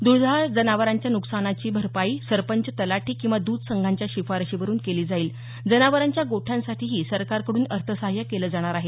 द्धाळ जनावरांच्या नुकसानाची भरपाई सरपंच तलाठी किंवा दूध संघांच्या शिफारशीवरून केली जाईल जनावरांच्या गोठ्यांसाठीही सरकारकडून अर्थसहाय्य केलं जाणार आहे